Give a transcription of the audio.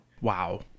Wow